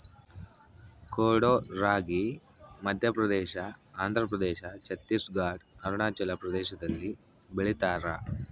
ಕೊಡೋ ರಾಗಿ ಮಧ್ಯಪ್ರದೇಶ ಆಂಧ್ರಪ್ರದೇಶ ಛತ್ತೀಸ್ ಘಡ್ ಅರುಣಾಚಲ ಪ್ರದೇಶದಲ್ಲಿ ಬೆಳಿತಾರ